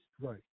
right